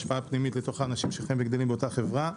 השפעה פנימית לתוך האנשים שחיים וגדלים באותה חברה.